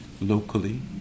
locally